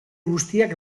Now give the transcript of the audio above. guztiak